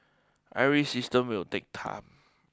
every system will take time